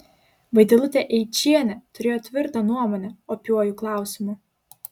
vaidilutė eičienė turėjo tvirtą nuomonę opiuoju klausimu